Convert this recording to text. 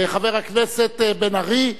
חבר הכנסת בן-ארי.